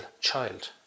child